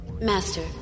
Master